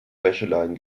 wäscheleinen